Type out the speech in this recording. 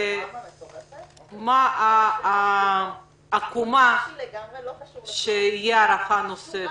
מה העקומה שתהיה הארכה נוספת?